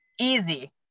Easy